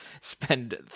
spend